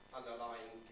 underlying